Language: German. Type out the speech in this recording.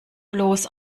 bloß